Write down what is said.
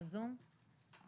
בזום.